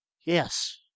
Yes